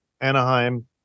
Anaheim